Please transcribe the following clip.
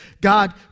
God